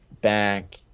back